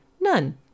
none